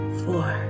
four